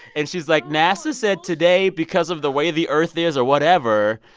and she's like, nasa said today because of the way the earth is or whatever,